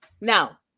now